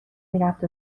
میرفت